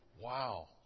Wow